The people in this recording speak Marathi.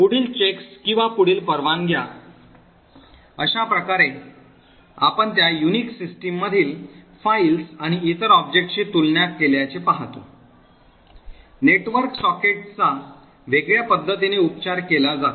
पुढील checks किंवा पुढील परवानग्या अशा प्रकारे आपण त्या युनिक्स सिस्टममधील फाईल्स आणि इतर ऑब्जेक्ट्सशी तुलना केल्याचे पाहतो नेटवर्क सॉकेट्सचा वेगळ्या पद्धतीने उपचार केला जातो